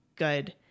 good